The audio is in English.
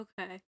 Okay